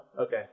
Okay